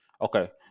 okay